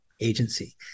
agency